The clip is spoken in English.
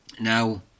Now